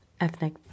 ethnic